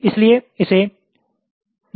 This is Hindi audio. इसीलिए इसे डेढ़ D कहा जाता है